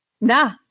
nah